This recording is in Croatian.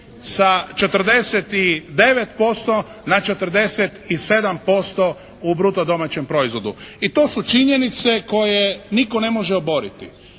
sa 49% na 47% u bruto domaćem proizvodu. I to su činjenice koje nitko ne može oboriti.